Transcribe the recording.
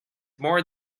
more